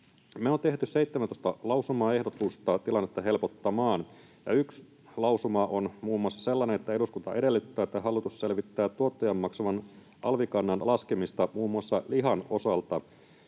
Me on tehty 17 lausumaehdotusta tilannetta helpottamaan. Ja yksi lausuma on muun muassa sellainen, että eduskunta edellyttää, että hallitus selvittää tuottajan maksaman alvi-kannan laskemista muun muassa lihan osalta